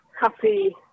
happy